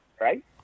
right